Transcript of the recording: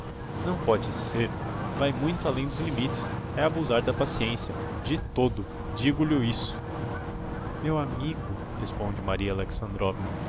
não pode ser vae muito além dos limites é abusar da paciencia de todo digo lhisto meu amigo responde maria